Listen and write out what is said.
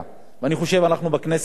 אבל בנושא עונש המינימום,